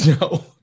no